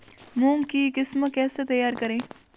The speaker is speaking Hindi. मूंग की किस्म कैसे तैयार करें?